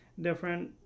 different